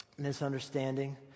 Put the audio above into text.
Misunderstanding